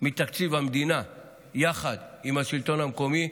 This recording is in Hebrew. מתקציב המדינה יחד עם השלטון המקומי